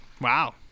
Wow